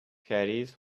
caddies